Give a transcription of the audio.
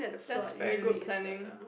that's very good planning